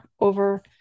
over